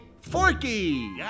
Forky